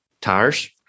tires